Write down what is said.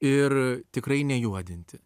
ir tikrai nejuodinti